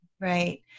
Right